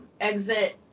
Exit